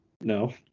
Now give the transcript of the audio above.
no